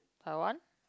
Taiwan